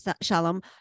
Shalom